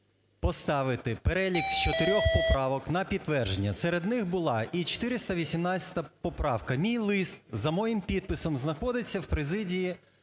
поставити перелік з чотирьох поправок на підтвердження. Серед них була і 418 поправка. Мій лист за моїм підписом знаходиться в президії